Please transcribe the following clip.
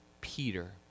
Peter